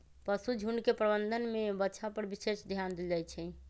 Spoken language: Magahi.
पशुझुण्ड के प्रबंधन में बछा पर विशेष ध्यान देल जाइ छइ